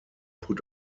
put